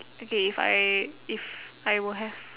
okay if I if I were have